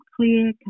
clear